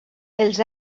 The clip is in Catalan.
els